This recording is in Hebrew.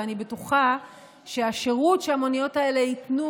ואני בטוחה שהשירות שהמוניות האלה ייתנו